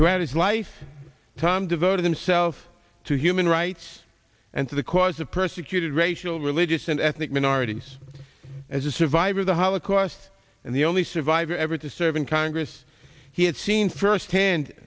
have his life time devoted himself to human rights and to the cause of persecuted racial religious and ethnic minorities as a survivor of the holocaust and the only survivor ever to serve in congress he had seen firsthand